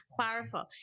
Powerful